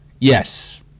yes